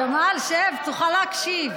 ג'מאל, שב, תוכל להקשיב.